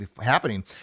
happening